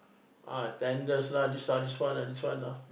ah tenders lah this one this one this one lah